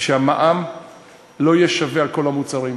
שהמע"מ לא יהיה שווה על כל המוצרים.